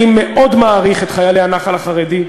אני מאוד מעריך את חיילי הנח"ל החרדי,